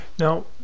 Now